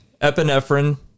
epinephrine